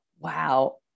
Wow